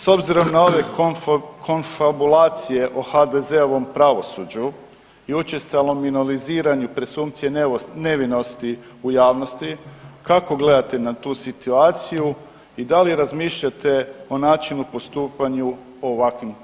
S obzirom na ove konfabulacije o HDZ-ovom pravosuđu i učestalom minoriziranju presumpcije nevinosti u javnosti, kako gledate na tu situaciju i da li razmišljate o načinu, postupanju u ovakvim